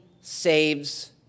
saves